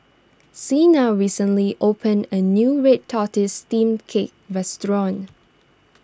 Shena recently opened a new Red Tortoise Steamed Cake Restaurant